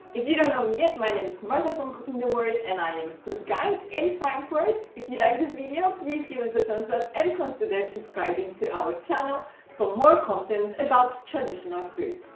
if you don't know me yet my name is marta from cooking the word and i am food guide in frankfurt. if you like this video please give us a thumbs up and consider subscribing to our channel for more content about traditional food.